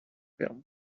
him